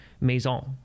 Maison